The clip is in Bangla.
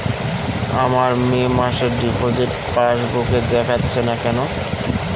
আমার মে মাসের ডিপোজিট পাসবুকে দেখাচ্ছে না কেন?